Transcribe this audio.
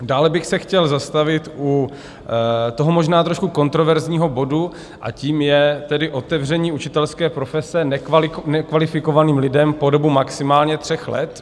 Dále bych se chtěl zastavit u toho možná trošku kontroverzního bodu a tím je tedy otevření učitelské profese nekvalifikovaným lidem po dobu maximálně tří let.